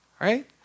right